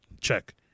check